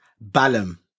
Balaam